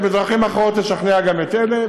ובדרכים אחרות נשכנע גם את אלה,